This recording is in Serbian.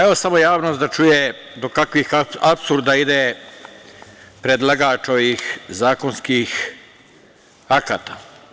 Evo, samo javnost da čuje do kakvih apsurda ide predlagač ovih zakonskih akata.